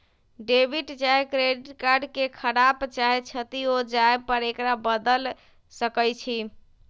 debit चाहे credit card के खराप चाहे क्षति हो जाय पर एकरा बदल सकइ छी